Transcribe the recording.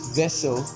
vessel